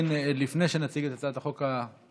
ועוד לפני שנציג את הצעת החוק הבאה,